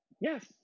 Yes